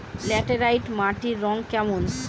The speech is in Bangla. ল্যাটেরাইট মাটির রং কেমন?